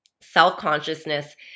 self-consciousness